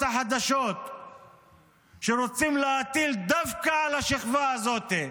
החדשות שרוצים להטיל דווקא על השכבה הזאת,